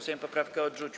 Sejm poprawkę odrzucił.